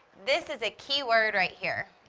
this is a key word right here,